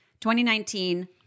2019